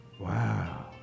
Wow